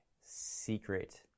secret